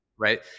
right